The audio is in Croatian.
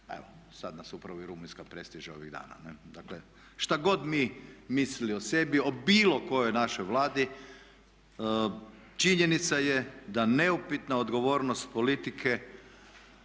sada nas upravo i Rumunjska prestiže ovih dana. Dakle šta god mi mislili o sebi, o bilo kojoj našoj Vladi činjenica je da neupitna odgovornost politike